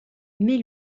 mais